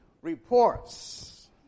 reports